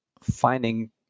finding